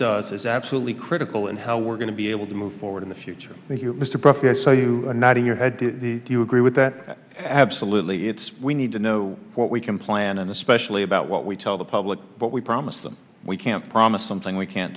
does is absolutely critical and how we're going to be able to move forward in the future mr bruff so you are not in your head do you agree with that absolutely it's we need to know what we can plan and especially about what we tell the public what we promise them we can't promise something we can't